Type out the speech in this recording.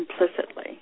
implicitly